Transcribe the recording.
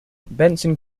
benson